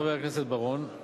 חבר הכנסת בר-און,